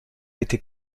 été